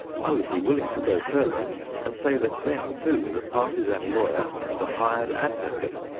i would be willing to go further and say that then, too, the partisan lawyer, the hired advocate,